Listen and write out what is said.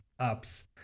apps